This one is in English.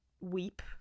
weep